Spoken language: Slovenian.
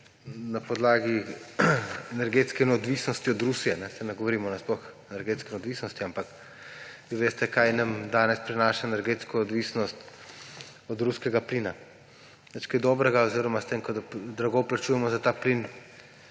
na podlagi energetske neodvisnosti od Rusije, saj ne govorimo o energetski neodvisnosti nasploh. Vi veste, kaj nam danes prinaša energetska odvisnost od ruskega plina – nič kaj dobrega. Oziroma ko drago plačujemo za ta plin